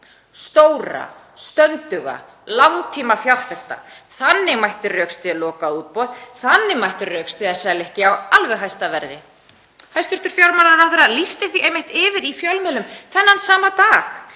stóra, stönduga langtímafjárfesta. Þannig mætti rökstyðja lokað útboð, þannig mætti rökstyðja að selja ekki alveg á hæsta verði. Hæstv. fjármálaráðherra lýsti því einmitt yfir í fjölmiðlum þennan sama dag,